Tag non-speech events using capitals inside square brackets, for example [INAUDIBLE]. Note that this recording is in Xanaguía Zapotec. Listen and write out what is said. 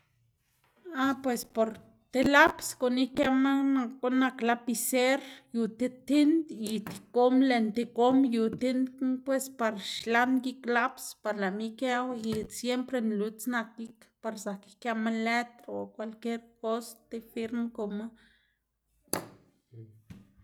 ah pues por ti laps guꞌn ikëma, nak guꞌn nak lapiser yu ti tind y [NOISE] ti gom, lën ti gom yu tind knu pues par xlan gik par lëꞌma ikëꞌwu y siempre nluts nak gik par zak ikëꞌma lëtr o kwalkier kos, ti firm kuma. [NOISE]